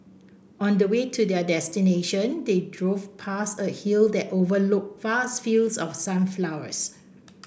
on the way to their destination they drove past a hill that overlooked vast fields of sunflowers